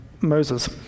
Moses